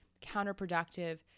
counterproductive